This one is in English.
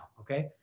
Okay